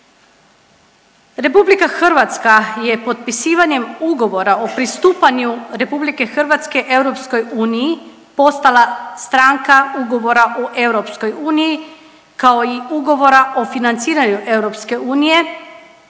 Republika Hrvatska je potpisivanjem Ugovora o pristupanju Republike Hrvatske EU postala stranka Ugovora o EU kao i ugovora o financiranju EU